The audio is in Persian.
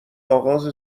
اغاز